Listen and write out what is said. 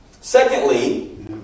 Secondly